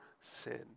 sin